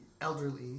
elderly